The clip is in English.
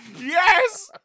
Yes